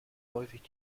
häufig